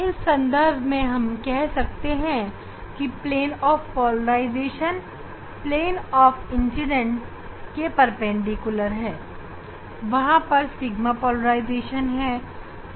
ऐसे पोलराइजेशन को sigma polarisation कहते हैं और यहां पर सभी समय के लिए O किरण सिग्मा पोलराइज है